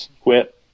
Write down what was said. quit